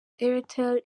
airtel